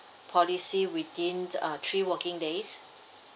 policy within a three working days